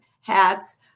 hats